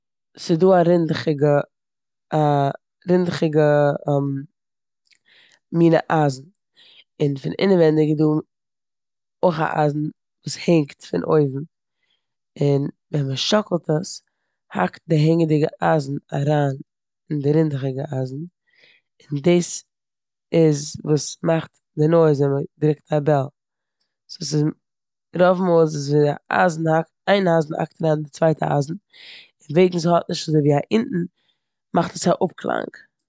ס'דא א רינדעכיגע- א רינדיכיגע מינע אייזן און פון אינעווענדיג איז דא אויך א אייזן וואס הענגט פון אויבן און ווען מ'שאקעלט עס האקט די הענגעדיגע אייזן אריין אין די רינדעכיגע אייזן און דאס איז וואס מאכט די נויז ווען מ'דרוקט א בעל. סאו ס'איז- רוב מאל איז עס אזויווי א אייז- איין אייזן האקט אריין אין די צווייטע אייזן און וועגן ס'האט נישט אזויווי א אונטן מאכט עס א אפקלאנג.